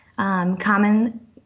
common